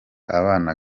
abana